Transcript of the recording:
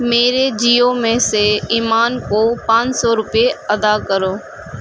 میرے جیو میں سے ایمان کو پانچ سو روپے ادا کرو